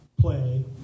play